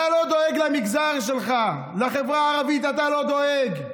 אתה לא דואג למגזר שלך, לחברה הערבית אתה לא דואג.